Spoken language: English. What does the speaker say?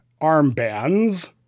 armbands